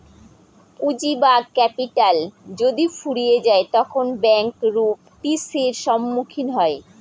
পুঁজি বা ক্যাপিটাল যদি ফুরিয়ে যায় তখন ব্যাঙ্ক রূপ টি.সির সম্মুখীন হয়